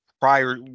prior